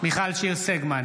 מיכל שיר סגמן,